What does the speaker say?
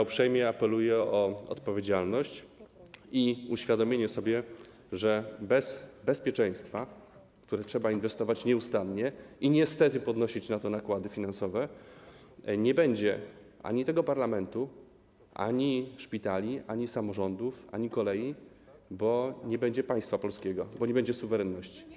Uprzejmie apeluję o odpowiedzialność i uświadomienie sobie, że bez bezpieczeństwa, w które trzeba inwestować nieustannie, i niestety podnosić na to nakłady finansowe, nie będzie ani tego parlamentu, ani szpitali, ani samorządów, ani kolei, bo nie będzie państwa polskiego, bo nie będzie suwerenności.